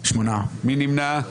מי נמנע?